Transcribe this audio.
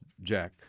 Jack